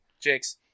jakes